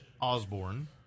Osborne